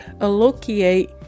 allocate